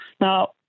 Now